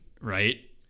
Right